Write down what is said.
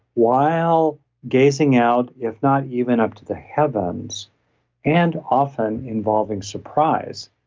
while gazing out, if not even up to the heavens and often involving surprise.